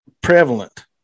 prevalent